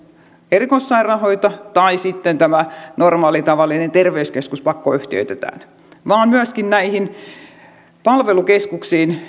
erikoissairaanhoito tai normaali tavallinen terveyskeskus pakkoyhtiöitetään vaan se liittyy myöskin näihin valtakunnallisiin palvelukeskuksiin